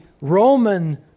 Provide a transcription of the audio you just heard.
Roman